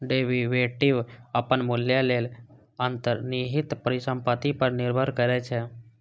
derivative अपन मूल्य लेल अंतर्निहित परिसंपत्ति पर निर्भर करै छै